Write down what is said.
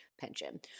pension